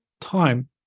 time